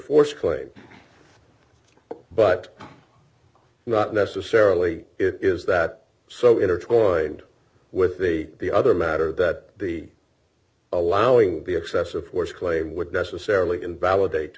force put but not necessarily is that so intertwined with the the other matter that the allowing d the excessive force claim would necessarily invalidate